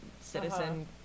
Citizen